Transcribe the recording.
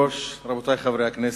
רבותי חברי הכנסת,